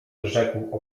rzekł